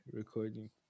recording